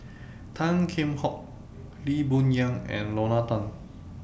Tan Kheam Hock Lee Boon Yang and Lorna Tan